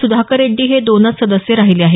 सुधाकर रेड्डी हे दोनच सदस्य राहीले आहेत